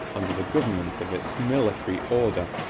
under the government of its military order,